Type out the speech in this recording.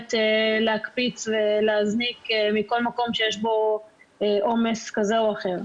יכולת להקפיץ ולהזניק מכל מקום שיש בו עומס כזה או אחר.